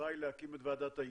שאחראי להקים את ועדת האיתור.